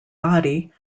body